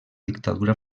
dictadura